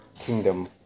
kingdom